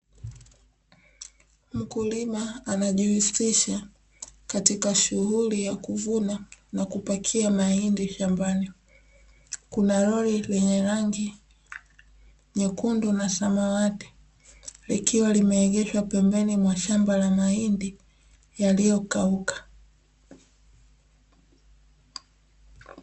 Mkulima anajihusisha katika shughuli ya kuvuna na kupakia mahindi shambani, kuna roli lenye rangi nyekundu na samawati likiwa limeegeshwa pembeni mwa shamba la mahindi yaliyokauka.